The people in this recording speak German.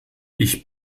ich